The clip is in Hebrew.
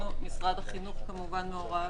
משרד החינוך כמובן מעורב,